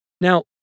Now